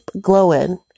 glowing